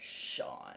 Sean